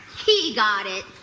he got it.